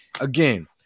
Again